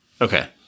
Okay